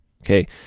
okay